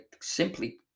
simply